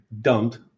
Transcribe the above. dumped